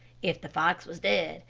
if the fox was dead,